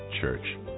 church